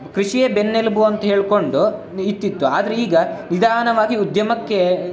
ಕೃಷಿಯೇ ಬೆನ್ನೆಲುಬು ಅಂತ ಹೇಳಿಕೊಂಡು ನ್ ಇರ್ತಿತ್ತು ಆದ್ರೆ ಈಗ ನಿಧಾನವಾಗಿ ಉದ್ಯಮಕ್ಕೆ